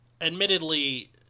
admittedly